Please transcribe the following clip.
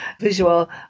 visual